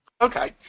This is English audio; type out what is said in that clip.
Okay